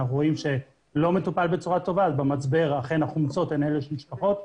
אנחנו רואים שלא מטופל בצורה טובה ואכן במצבר החומצות הן אלה שנשפכות.